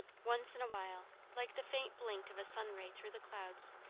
once in a while, like the faint blink of a sun-ray through the clouds,